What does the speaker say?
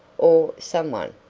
or someone,